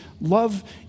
Love